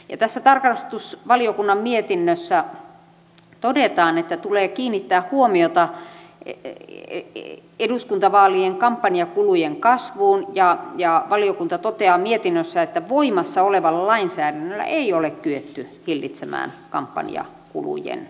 tässä talousvaliokunnan mietinnössä todetaan että tulee kiinnittää huomiota eduskuntavaalien kampanjakulujen kasvuun ja valiokunta toteaa mietinnössään että voimassa olevalla lainsäädännöllä ei ole kyetty hillitsemään kampanjakulujen kasvua